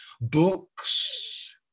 Books